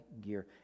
gear